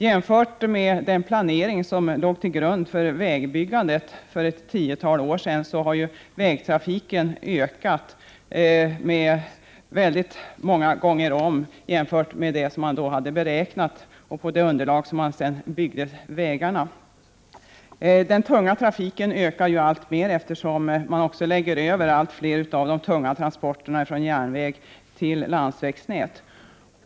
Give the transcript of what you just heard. Jämfört med den planering som låg till grund för vägbyggandet för ett tiotal år sedan har vägtrafiken ökat många gånger om. Den tunga trafiken ökar alltmer, eftersom allt fler av de tunga transporterna också läggs över från järnväg till landsvägsnät.